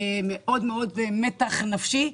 מאוד מתח נפשי,